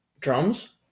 Drums